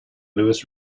lewis